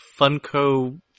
Funko